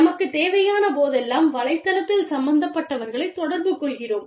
நமக்குத் தேவையான போதெல்லாம் வலைத்தளத்தில் சம்பந்தப்பட்டவர்களைத் தொடர்புகொள்கிறோம்